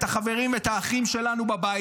את החברים ואת האחים שלנו בבית,